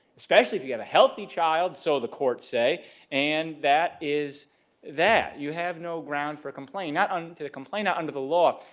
especially if you have a healthy child, so the courts say and that is that you have no ground for a complaint not on to the complainant under the law.